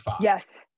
Yes